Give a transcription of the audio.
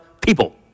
people